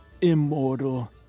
immortal